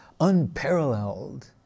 unparalleled